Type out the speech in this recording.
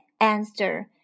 answer